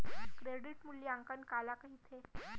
Credit मूल्यांकन काला कहिथे?